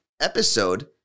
episode